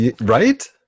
Right